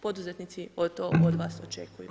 Poduzetnici to od vas očekuju.